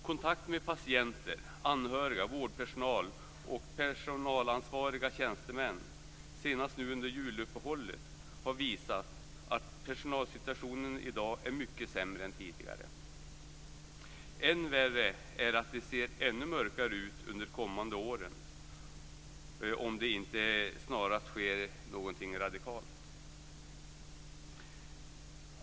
Kontakt med patienter, anhöriga, vårdpersonal och personalansvariga tjänstemän, senast nu under juluppehållet, har visat att personalsituationen i dag är mycket sämre än tidigare. Än värre är att det ser ännu mörkare ut för de kommande åren om det inte snarast sker något radikalt.